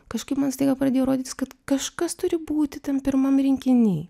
kažkaip man staiga pradėjo rodytis kad kažkas turi būti ten pirmam rinkiny